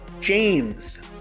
James